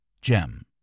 Gem